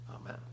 Amen